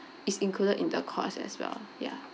is included in the cost as well ya